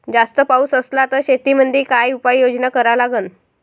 जास्त पाऊस असला त शेतीमंदी काय उपाययोजना करा लागन?